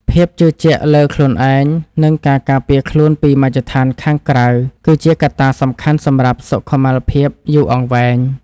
ភាពជឿជាក់លើខ្លួនឯងនិងការការពារខ្លួនពីមជ្ឈដ្ឋានខាងក្រៅគឺជាកត្តាសំខាន់សម្រាប់សុខុមាលភាពយូរអង្វែង។